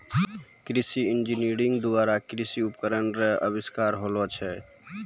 कृषि इंजीनियरिंग द्वारा कृषि उपकरण रो अविष्कार होलो छै